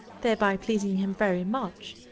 thereby pleasing him very much,